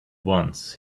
once